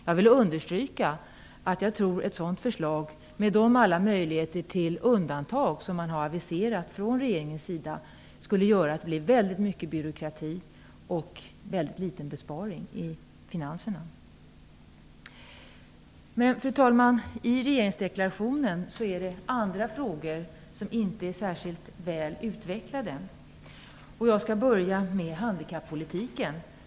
Jag vill understryka att jag tror att ett sådant förslag, med alla de möjligheter till undantag som aviserats från regeringens sida, skulle göra att det blev väldigt mycket av byråkrati och väldigt litet av besparing i finanserna. I regeringsdeklarationen finns det dock andra frågor som inte är särskilt väl utvecklade. Jag börjar med handikappolitiken.